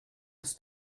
das